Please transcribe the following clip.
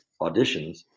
auditions